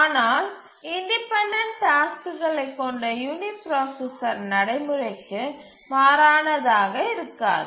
ஆனால் இன்டிபென்டன்ட் டாஸ்க்குகளை கொண்ட யுனிபிராசசர் நடைமுறைக்கு மாறானதாக இருக்காது